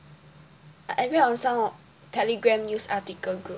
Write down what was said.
I read on some Telegram news article group